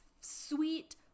sweet